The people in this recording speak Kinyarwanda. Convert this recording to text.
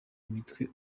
imitwe